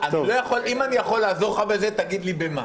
אם אני יכול לעזור לך בזה תגיד לי במה.